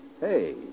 Hey